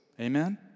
Amen